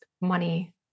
money